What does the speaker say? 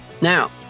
Now